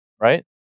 right